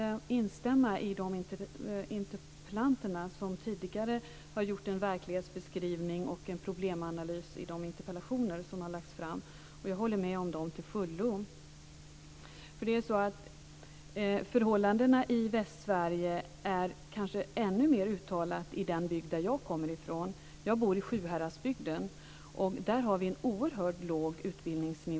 Jag instämmer med interpellanterna, som i de interpellationer som lagts fram, har gjort en verklighetsbeskrivning och en problemanalys. Jag håller till fullo med interpellanterna. Förhållandena i Västsverige är kanske ännu mer uttalade i den bygd som jag kommer från. Jag bor i Sjuhäradsbygden. Där är utbildningsnivån oerhört låg.